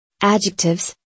Adjectives